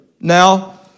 Now